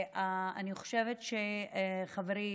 אני חושבת שחברי